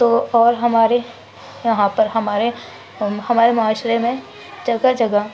تو اور ہمارے یہاں پر ہمارے ہمارے معاشرے میں جگہ جگہ